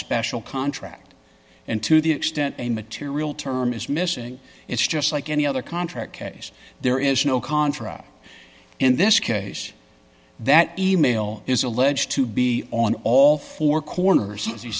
special contract and to the extent a material term is missing it's just like any other contract case there is no contract in this case that e mail is alleged to be on all four corners as he